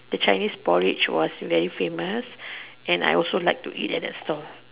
the Chinese porridge was very famous and I also like to eat at that stall